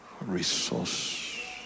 Resource